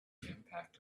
impact